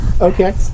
Okay